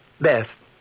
Beth